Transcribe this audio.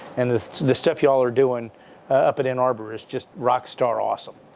and the stuff you all are doing up at ann arbor is just rock-star awesome.